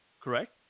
Correct